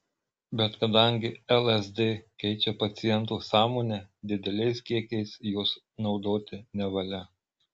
bet kadangi lsd keičia paciento sąmonę dideliais kiekiais jos naudoti nevalia